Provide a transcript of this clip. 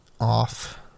off